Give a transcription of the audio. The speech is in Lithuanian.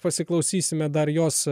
pasiklausysime dar jos